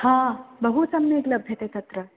हा बहु सम्यक् लभ्यते तत्र